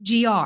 GR